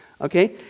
Okay